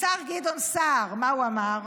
השר גדעון סער, מה הוא אמר